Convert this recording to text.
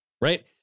right